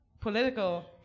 political